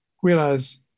Whereas